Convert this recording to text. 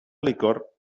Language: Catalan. licor